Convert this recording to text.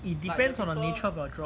it depends on the nature of your job